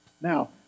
Now